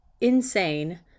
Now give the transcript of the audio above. insane